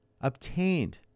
obtained